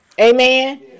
Amen